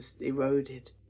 eroded